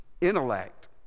intellect